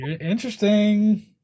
Interesting